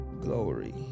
glory